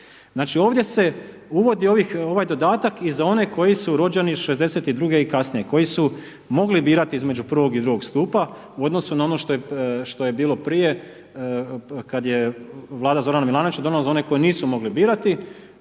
Znači ovdje se uvodi ovaj dodatak i za one koji su rođeni '62. i kasnije, koji su mogli birati između prvog i drugog stupa u odnosu na ono što je bilo prije kada je Vlada Zorana Milanovića donijela za one koji nisu mogli birati.